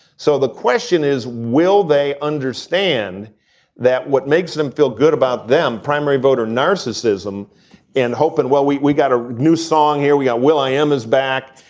so the question is will they understand that what makes them feel good about them. primary voter narcissism and hope and well we we got a new song. here we are. will i am is back.